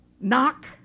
knock